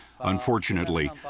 Unfortunately